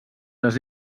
les